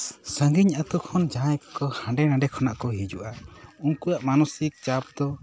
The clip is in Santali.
ᱥᱟᱹᱜᱤᱧ ᱟᱹᱛᱩ ᱠᱷᱚᱱ ᱡᱟᱸᱦᱟᱭ ᱠᱚ ᱦᱟᱸᱰᱮ ᱱᱟᱰᱮ ᱠᱷᱚᱱ ᱠᱚ ᱦᱤᱡᱩᱜᱼᱟ ᱩᱱᱠᱩᱭᱟᱜ ᱢᱟᱱᱚᱥᱤᱠ ᱪᱟᱯ ᱫᱚ